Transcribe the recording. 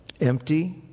Empty